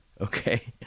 Okay